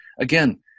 Again